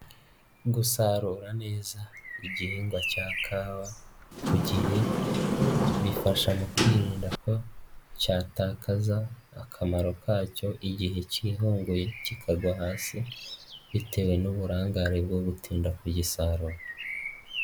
Gusarura neza igihingwa cya kawa ku gihe bifasha mu kwirinda ko cyatakaza akamaro kacyo igihe kihunguye kikagwa hasi bitewe n'uburangare bwo gutinda kugisarura.